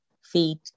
feet